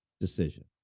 decision